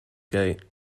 gate